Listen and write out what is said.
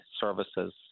services